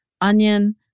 onion